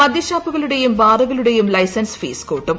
മദൃഷാപ്പുകളുടെയും ബാറുകളുടെയും licence fees കൂട്ടും